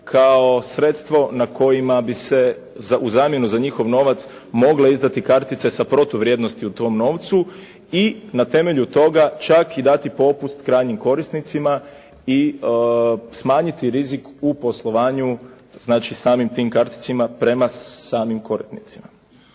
kao sredstvo na kojima bi se za u zamjenu za njihov novac mogle izdati kartice sa protu vrijednosti u tom novcu i na temelju toga čak i dati popust krajnjim korisnicima i smanjiti rizik u poslovanju, znači samim tim karticama prema samim korisnicima.